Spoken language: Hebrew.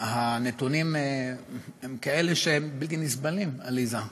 הנתונים הם כאלה שהם בלתי נסבלים, עליזה.